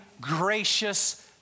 gracious